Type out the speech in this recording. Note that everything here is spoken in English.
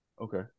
Okay